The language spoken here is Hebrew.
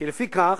כי לפי כך,